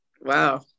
Wow